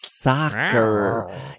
Soccer